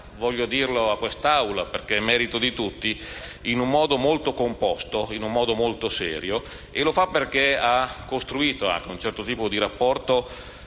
voglio dirlo a quest'Assemblea, perché è merito di tutti - in modo molto composto e serio. E lo fa perché ha costruito anche un certo tipo di rapporto